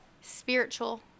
spiritual